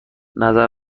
نظر